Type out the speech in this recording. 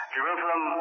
Jerusalem